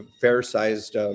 fair-sized